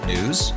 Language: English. News